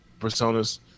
personas